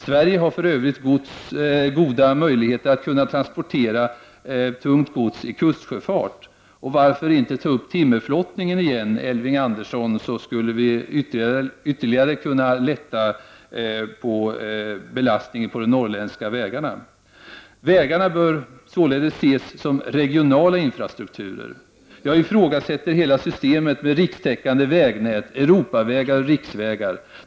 Sverige har för övrigt goda möjligheter att transportera tungt gods i kustsjöfart. Varför inte ta upp timmerflottningen igen, Elving Andersson? Då skulle vi kunna ytterligare minska belastningen på de norrländska vägarna. Vägarna bör således ses som regionala infrastrukturer. Jag ifrågasätter hela systemet med rikstäckande vägnät, Europavägar och riksvägar.